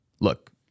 look